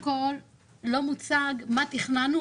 לא מוצג פה מה תכננו,